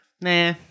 nah